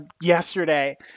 yesterday